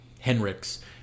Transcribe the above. Henrik's